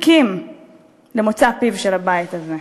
מחכים למוצא פיו של הבית הזה?